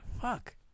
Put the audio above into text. Fuck